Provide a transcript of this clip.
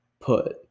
put